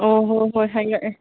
ꯑꯣ ꯍꯣꯏ ꯍꯣꯏ ꯍꯥꯏꯔꯛꯑꯦ